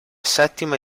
settima